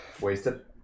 Wasted